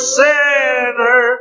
sinner